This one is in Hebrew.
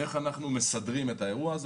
איך אנחנו מסדרים את האירוע הזה.